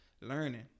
learning